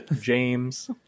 James